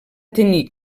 tenir